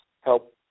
help